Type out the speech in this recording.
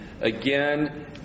again